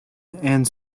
and